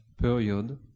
period